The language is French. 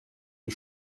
des